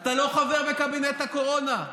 אתה לא חבר בקבינט הקורונה.